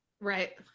Right